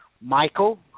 Michael